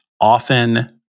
often